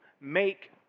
make